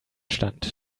stand